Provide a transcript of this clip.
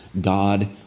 God